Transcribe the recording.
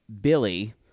Billy